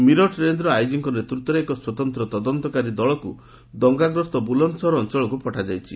ମିରଟ୍ ରେଞ୍ଜ୍ର ଆଇଜିଙ୍କ ନେତୃତ୍ୱରେ ଏକ ସ୍ୱତନ୍ତ୍ର ତଦନ୍ତକାରୀ ଦଳକୁ ଦଙ୍ଗାଗ୍ରସ୍ତ ବୁଲନ୍ଦସହର ଅଞ୍ଚଳକୁ ପଠାଯାଇଛି